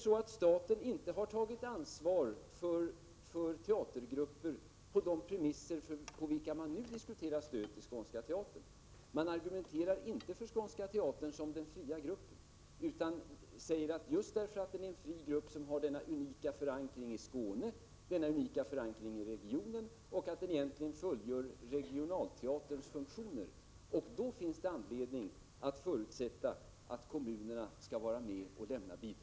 Staten har inte tagit ansvar för teatergrupper enligt de premisser på vilka stöd till Skånska Teatern nu diskuteras. Ni argumenterar inte för Skånska Teatern som den fria gruppen utan säger att det, just därför att den är en fri grupp som har denna unika förankring i Skåne och egentligen fullgör regionalteaterns funktioner, finns anledning att förutsätta att kommunerna skall vara med och lämna bidrag.